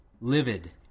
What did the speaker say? Livid